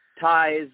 ties